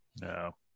No